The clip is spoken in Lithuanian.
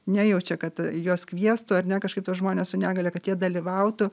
nejaučia kad juos kviestų ar ne kažkaip tuos žmones su negalia kad jie dalyvautų